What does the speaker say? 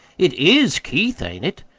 it is keith ain't it?